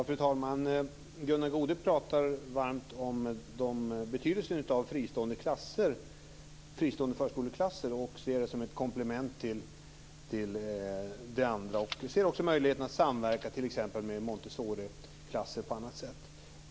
Fru talman! Gunnar Goude pratar varmt om betydelsen av fristående förskoleklasser och ser dem som ett komplement till de andra. Också vi ser möjligheter att samverka med t.ex. Montessoriklasser och på annat sätt.